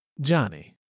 Johnny